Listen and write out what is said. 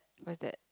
what's that